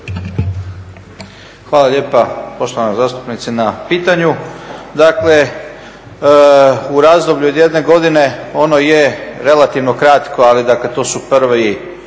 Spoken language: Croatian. Hvala lijepa poštovana zastupnice na pitanju. Dakle, u razdoblju od jedne godine ono je relativno kratko ali dakle to su prvi